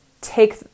take